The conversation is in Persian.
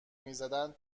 میزدن